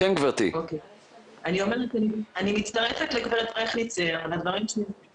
אני הולכת לעבודה ואני צריכה לשלם גם